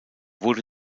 wurde